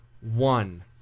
one